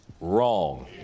wrong